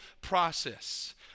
process